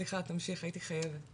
סליחה תמשיך, הייתי חייבת.